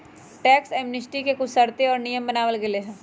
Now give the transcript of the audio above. tax amnesty के कुछ शर्तें और नियम बनावल गयले है